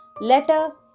letter